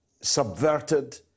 subverted